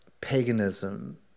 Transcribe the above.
paganism